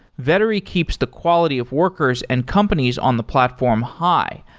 vettery keeps the quality of workers and companies on the platform high,